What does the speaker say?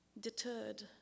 Deterred